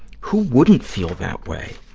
who wouldn't feel that way?